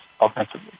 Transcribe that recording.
offensively